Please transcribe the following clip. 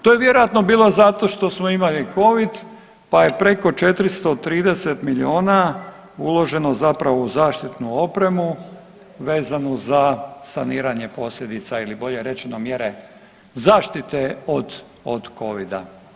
To je vjerojatno bilo zato što smo imali covid, pa je preko 430 milijuna uloženo zapravo u zaštitnu opremu vezanu za saniranje posljedica ili bolje rečeno mjere zaštite od covida.